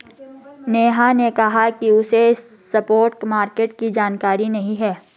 नेहा ने कहा कि उसे स्पॉट मार्केट की जानकारी नहीं है